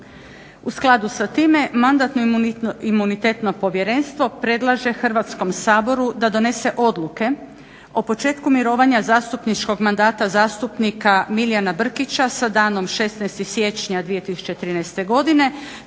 U skladu sa time Mandatno-imunitetno povjerenstvo predlaže Hrvatski saboru da donese odluke o početku mirovanja zastupničkog mandata zastupnika Milijana Brkića sa danom 16. siječnja 2013. godine